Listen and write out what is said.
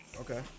Okay